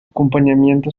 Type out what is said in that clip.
acompañamiento